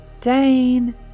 Dane